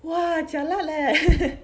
!wah! jialat leh